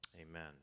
Amen